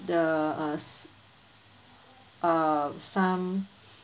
the us uh some